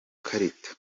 karita